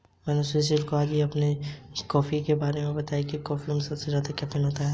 सुशील ने आज अपने जीवन बीमा की पहली किश्त जमा की